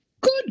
Good